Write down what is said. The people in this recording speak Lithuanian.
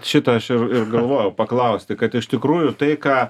šito aš ir ir galvojau paklausti kad iš tikrųjų tai ką